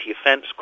offence